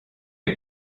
est